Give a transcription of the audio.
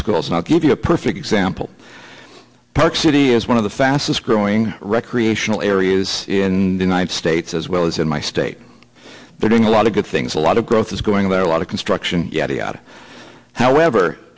schools and i'll give you a perfect example park city is one of the fastest growing recreational areas in nine states as well as in my state they're doing a lot of good things a lot of growth is going on there a lot of construction out however